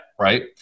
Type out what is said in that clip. right